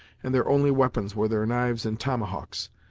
and their only weapons were their knives and tomahawks.